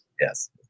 Yes